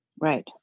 Right